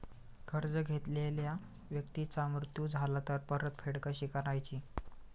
कर्ज घेतलेल्या व्यक्तीचा मृत्यू झाला तर परतफेड कशी करायची?